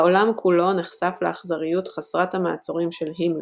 העולם כולו נחשף לאכזריות חסרת המעצורים של הימלר,